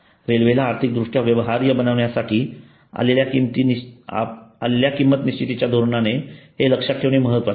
रेल्वेला आर्थिकदृष्ट्या व्यवहार्य बनवण्यासाठी आपल्या किंमत निश्चितीच्या धोरणाने हे लक्षात ठेवणे महत्वाचे आहे